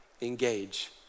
engage